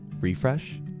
refresh